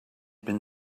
been